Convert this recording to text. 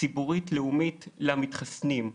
ציבורית לאומית למתחסנים.